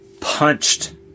punched